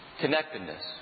connectedness